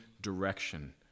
direction